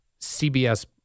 CBS